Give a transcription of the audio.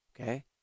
okay